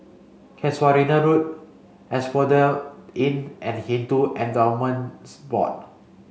Casuarina Road Asphodel Inn and Hindu Endowments Board